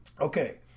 Okay